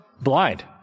blind